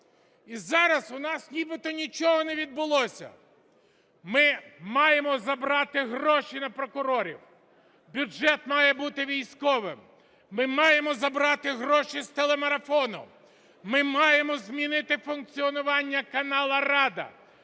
І зараз у нас нібито нічого не відбулося. Ми маємо забрати гроші на прокурорів, бюджет має бути військовим. Ми маємо забрати гроші з телемарафону. Ми маємо змінити функціонування каналу "Рада".